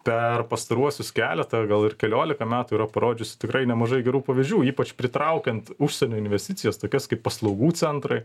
per pastaruosius keletą gal ir keliolika metų yra parodžiusi tikrai nemažai gerų pavyzdžių ypač pritraukiant užsienio investicijas tokias kaip paslaugų centrai